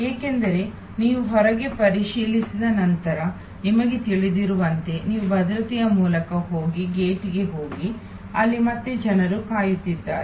ಏಕೆಂದರೆ ನೀವು ಹೊರಗೆ ಪರಿಶೀಲಿಸಿದ ನಂತರ ನಿಮಗೆ ತಿಳಿದಿರುವಂತೆ ನೀವು ಭದ್ರತೆಯ ಮೂಲಕ ಹೋಗಿ ಗೇಟ್ಗೆ ಹೋಗಿ ಅಲ್ಲಿ ಮತ್ತೆ ಜನರು ಕಾಯುತ್ತಿದ್ದಾರೆ